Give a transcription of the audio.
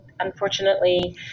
unfortunately